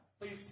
Please